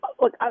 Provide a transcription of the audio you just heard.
Look